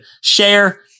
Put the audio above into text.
share